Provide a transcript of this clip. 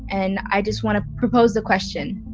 and i just wanna propose the question